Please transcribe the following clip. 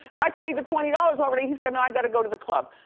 i paid the twenty dollars already. he said, no, i gotta go to the club.